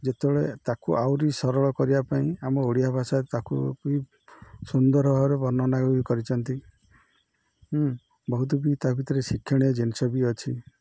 ଯେତେବେଳେ ତାକୁ ଆହୁରି ସରଳ କରିବା ପାଇଁ ଆମ ଓଡ଼ିଆ ଭାଷା ତାକୁ ବି ସୁନ୍ଦର ଭାବରେ ବର୍ଣ୍ଣନା ବି କରିଛନ୍ତି ବହୁତ ବି ତା ଭିତରେ ଶିକ୍ଷଣୀୟ ଜିନିଷ ବି ଅଛି